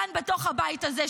כאן בתוך הבית הזה,